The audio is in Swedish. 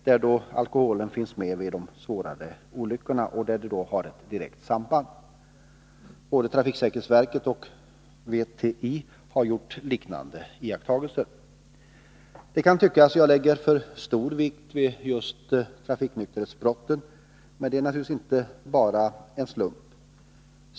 Härvidlag finns alltså alkoholen med i bilden vid de svårare olyckorna, och det föreligger ett direkt samband. Både trafiksäkerhetsverket och VTI har gjort liknande iakttagelser. Det kan tyckas att jag lägger för stor vikt vid just trafiknykterhetsbrotten, men det är naturligtvis inte bara en slump.